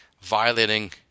violating